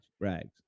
rags